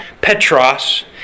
Petros